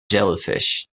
jellyfish